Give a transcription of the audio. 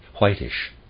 whitish